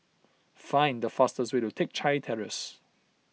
find the fastest way to Teck Chye Terrace